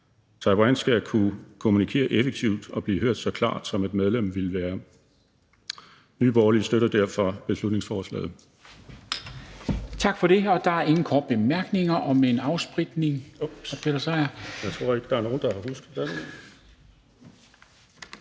Taiwan skal kunne kommunikere effektivt og blive hørt så klart, som et medlem ville blive. Nye Borgerlige støtter derfor beslutningsforslaget.